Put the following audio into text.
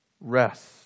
rest